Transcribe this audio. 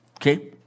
okay